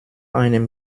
einem